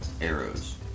Arrows